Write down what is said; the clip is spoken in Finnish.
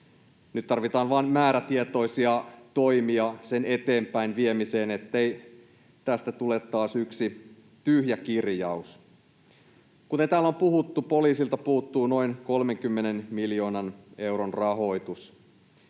Nyt tarvitaan vain määrätietoisia toimia sen eteenpäinviemiseen, ettei tästä tule taas yksi tyhjä kirjaus. Kuten täällä on puhuttu, poliisilta puuttuu noin 30 miljoonan euron rahoitus.